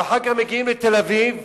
ואחר כך מגיעים לתל-אביב,